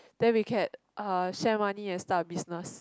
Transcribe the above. then we can uh share money and start a business